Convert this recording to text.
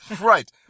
Right